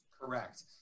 Correct